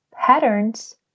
patterns